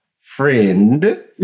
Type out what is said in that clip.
friend